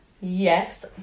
Yes